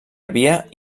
havia